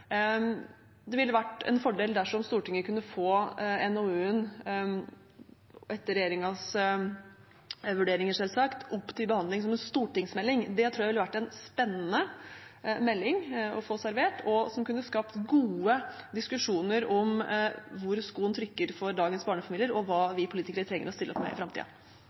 Det ville vært en fordel dersom Stortinget kunne få NOU-en, etter regjeringens vurderinger selvsagt, opp til behandling som en stortingsmelding. Det tror jeg ville vært en spennende melding å få servert, som kunne skapt gode diskusjoner om hvor skoen trykker for dagens barnefamilier, og hva vi politikere trenger å stille opp med i